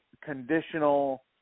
conditional